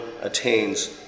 attains